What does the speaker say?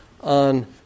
on